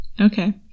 okay